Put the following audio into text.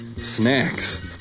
snacks